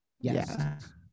Yes